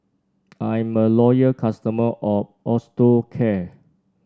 I'm a loyal customer of Osteocare